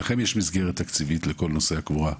לכם יש מסגרת תקציבית לכל נושא הקבורה,